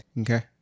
okay